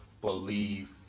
believe